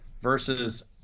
versus